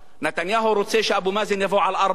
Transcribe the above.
נתניהו רוצה שאבו מאזן יבוא על ארבע אליו.